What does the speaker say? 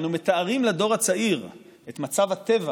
אנו מתארים לדור הצעיר את מצב הטבע